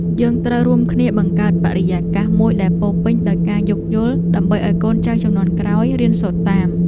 យើងត្រូវរួមគ្នាបង្កើតបរិយាកាសមួយដែលពោរពេញដោយការយោគយល់ដើម្បីឱ្យកូនចៅជំនាន់ក្រោយរៀនសូត្រតាម។